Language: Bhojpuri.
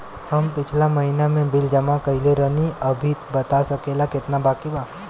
हम पिछला महीना में बिल जमा कइले रनि अभी बता सकेला केतना बाकि बा?